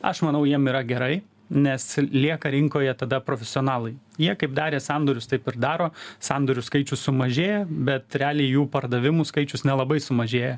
aš manau jiem yra gerai nes lieka rinkoje tada profesionalai jie kaip darė sandorius taip ir daro sandorių skaičius sumažėja bet realiai jų pardavimų skaičius nelabai sumažėja